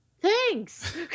thanks